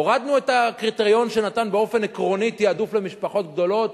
הורדנו את הקריטריון שנתן באופן עקרוני העדפה למשפחות גדולות,